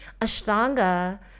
Ashtanga